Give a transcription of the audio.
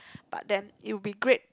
but then it will be great